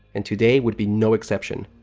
and today would be no exception.